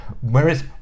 Whereas